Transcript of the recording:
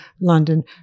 London